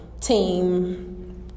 team